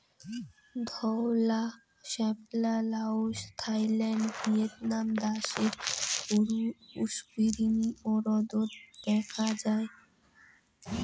ধওলা শাপলা Laos, Thailand, Vietnam দ্যাশের পুস্কুরিনী ও হ্রদত দ্যাখাং যাই